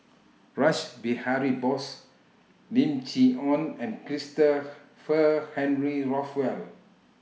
Rash Behari Bose Lim Chee Onn and Christopher Henry Rothwell